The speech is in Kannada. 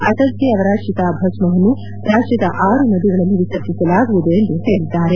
ಅಟಲ್ಜೀ ಅವರ ಚಿತಾಭಸ್ಥವನ್ನು ರಾಜ್ಯದ ಆರು ನದಿಗಳಲ್ಲಿ ವಿಸರ್ಜಿಸಲಾಗುವುದು ಎಂದು ತಿಳಿಸಿದ್ದಾರೆ